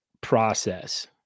process